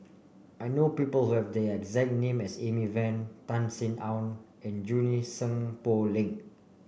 I know people who have the exact name as Amy Van Tan Sin Aun and Junie Sng Poh Leng